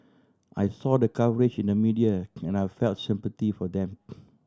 I saw the coverage in the media and I felt sympathy for them